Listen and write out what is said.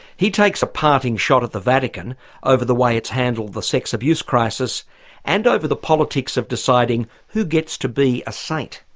he takes a parting shot at the vatican over the way it's handled the sex abuse crisis and over the politics of deciding who gets to be a saint.